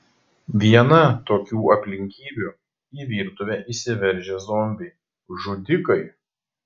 viena tokių aplinkybių į virtuvę įsiveržę zombiai žudikai